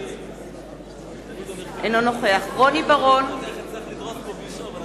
אינו נוכח מיכאל בן-ארי, אינו משתתף בהצבעה